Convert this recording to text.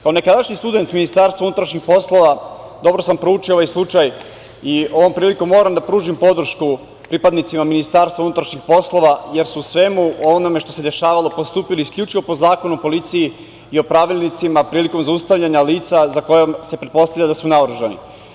Kao nekadašnji student Ministarstva unutrašnjih poslova dobro sam proučio ovaj slučaj i ovom prilikom moram da pružim podršku pripadnicima MUP jer su u svemu onome što se dešavalo postupili isključivo po Zakonu o policiji i pravilnicima prilikom zaustavljanja lica za koja se pretpostavlja da su naoružani.